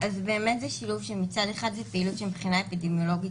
זה שילוב שמצד אחד זו פעילות שמבחינה אפידמיולוגית,